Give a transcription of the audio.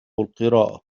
القراءة